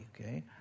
okay